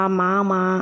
mama